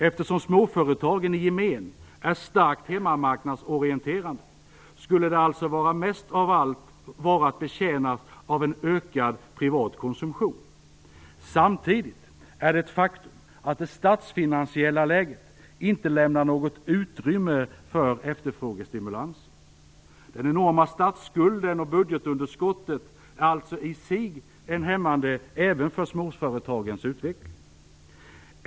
Eftersom småföretagen i gemen är starkt hemmamarknadsorienterade, skulle de alltså mest av allt vara betjänta av ökad privat konsumtion. Samtidigt är det ett faktum att det statsfinansiella läget inte lämnar något utrymme för efterfrågestimulans. Den enorma statsskulden och budgetunderskottet är alltså i sig hämmande även för småföretagens utveckling.